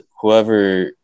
whoever